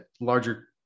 larger